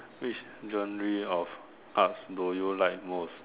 which genre of Arts do you like most